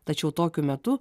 tačiau tokiu metu